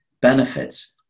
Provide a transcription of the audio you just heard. benefits